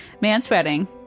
Man-spreading